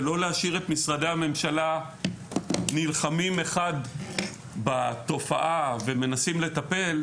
ולא להשאיר את משרדי הממשלה נלחמים בתופעה ומנסים לטפל,